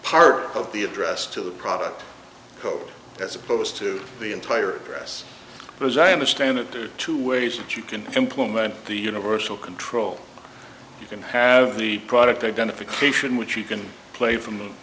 part of the address to the product code as opposed to the entire press but as i understand it to two ways that you can implement the universal control you can have the product identification which you can play from